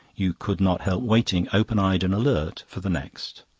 you could not help waiting, open-eyed and alert, for the next.